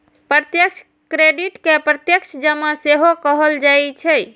प्रत्यक्ष क्रेडिट कें प्रत्यक्ष जमा सेहो कहल जाइ छै